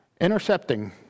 intercepting